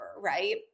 right